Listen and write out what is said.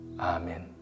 Amen